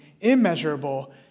immeasurable